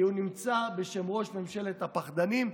כי הוא נמצא בשם ראש ממשלת הפחדנים.